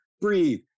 breathe